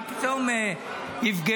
מה פתאום יפגעו?